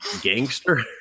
gangster